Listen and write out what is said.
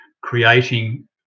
creating